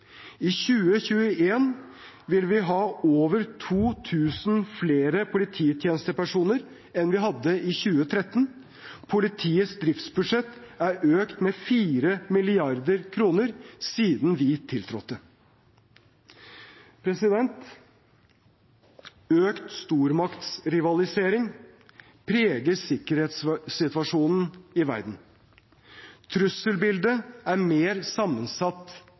I 2021 vil vi ha over 2 000 flere polititjenestepersoner enn vi hadde i 2013. Politiets driftsbudsjett er økt med 4 mrd. kr siden vi tiltrådte. Økt stormaktrivalisering preger sikkerhetssituasjonen i verden. Trusselbildet er mer sammensatt